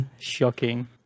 shocking